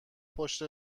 پشت